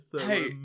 hey